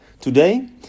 Today